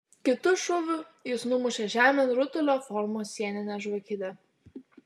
kitu šūviu jis numušė žemėn rutulio formos sieninę žvakidę